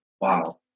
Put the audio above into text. Wow